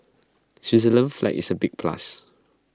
Switzerland's flag is A big plus